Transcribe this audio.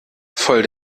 voll